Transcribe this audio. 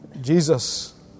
Jesus